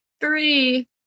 Three